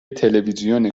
تلوزیون